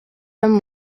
them